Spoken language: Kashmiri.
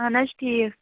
اَہَن حظ ٹھیٖک